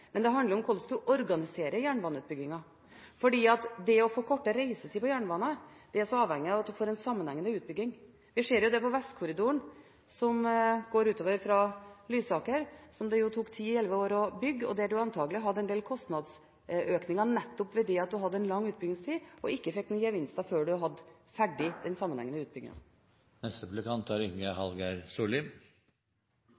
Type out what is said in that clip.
Men det handler om hvordan en organiserer jernbaneutbyggingen, for det å få kortere reisetid på jernbane er så avhengig av at en får en sammenhengende utbygging. Det ser vi for Vestkorridoren, som går fra Lysaker, som det tok ti–elleve år å bygge, og der en antakelig hadde en del kostnadsøkninger nettopp ved at det var en lang utbyggingstid og en ikke fikk noen gevinst før en hadde fått ferdig den sammenhengende utbyggingen. Venstre ser på hydrogen som en fremtidsrettet og miljøvennlig energikilde. Vi viser til at det allerede er